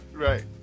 Right